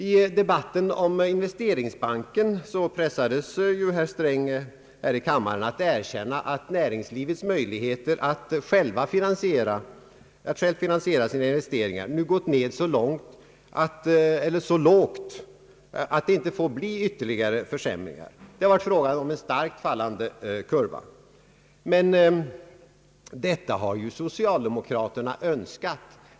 I debatten om investeringsbanken pressades herr Sträng här i kammaren att erkänna, att näringslivets möjligheter att självt finansiera sina investeringar nu gått ned till en så låg nivå, att det inte får bli ytterligare försämringar. Det har varit fråga om en starkt fallande kurva. Men detta har ju socialdemokraterna önskat.